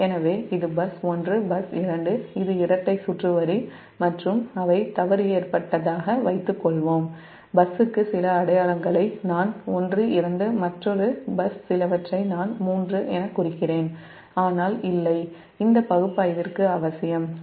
எனவே இது bus 1 bus 2 இது இரட்டை சுற்று வரி மற்றும் அவை தவறு ஏற்பட்டதாக வைத்துக் கொள்வோம் பஸ்ஸுக்கு சில அடையாளங்களை நான் 1 2 மற்றொரு பஸ் சிலவற்றை நான் 3 எனக் குறிக்கிறேன் ஆனால் இந்த பகுப்பாய்விற்கு அவசியம் இல்லை